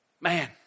Man